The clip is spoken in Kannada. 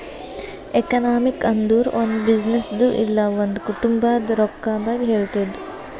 ಎಕನಾಮಿ ಅಂದುರ್ ಒಂದ್ ಬಿಸಿನ್ನೆಸ್ದು ಇಲ್ಲ ಒಂದ್ ಕುಟುಂಬಾದ್ ರೊಕ್ಕಾ ಬಗ್ಗೆ ಹೇಳ್ತುದ್